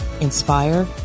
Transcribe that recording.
inspire